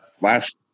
last